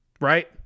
Right